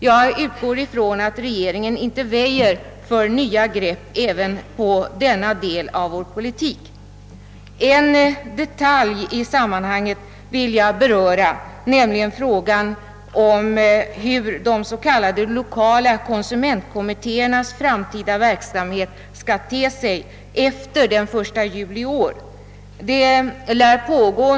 Jag utgår från att regeringen inte väjer för nya grepp även på denna del av vår politik. Jag vill beröra en detalj i sammanhanget, nämligen frågan om hur de s.k. lokala konsumentkommittéernas framtida verksamhet skall te sig efter den 1 juli i år.